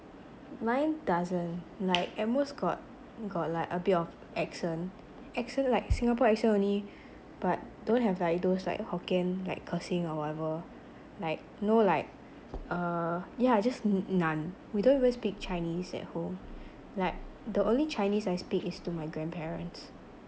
mine doesn't like at most got got like a bit of accent accent like Singapore accent only but don't have like those like hokkien like cursing or whatever like you know like uh yeah it's just none we don't even speak chinese at home like the only chinese I speak is to my grandparents